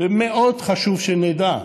את זה מאוד חשוב שנדע.